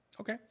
Okay